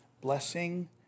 blessing